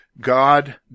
God